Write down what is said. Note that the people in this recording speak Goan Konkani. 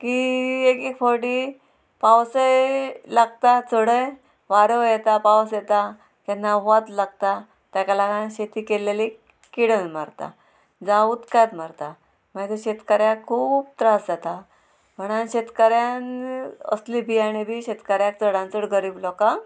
की एक एक फावटी पावसय लागता चडय वारो येता पावस येता तेन्ना वत लागता ताका लागून शेती केलेली किडन मारता जावं उदकांत मारता मागीर शेतकाऱ्याक खूब त्रास जाता म्हणून शेतकाऱ्यांनी असली बियाणी बी शेतकऱ्याक चडान चड गरीब लोकांक